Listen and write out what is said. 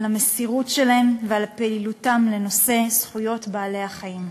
על המסירות שלהם ועל פעילותם בנושא זכויות בעלי-החיים.